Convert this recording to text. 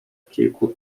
kilku